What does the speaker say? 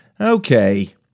Okay